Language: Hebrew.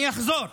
אני אחזור: